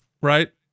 right